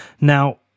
Now